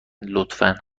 لطفا